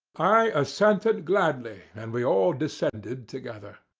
i assented gladly, and we all descended together.